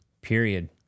period